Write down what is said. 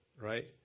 right